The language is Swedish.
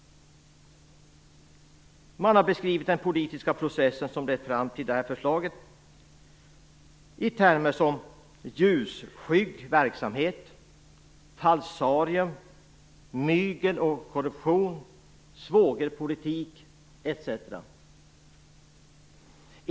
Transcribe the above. Man har beskrivit den politiska processen som har lett fram till detta förslag bl.a. i termer av "ljusskygg verksamhet", "falsarium", "mygel och korruption" och "svågerpolitik".